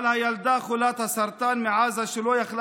על הילדה חולת הסרטן מעזה שלא יכלה